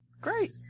Great